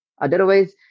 Otherwise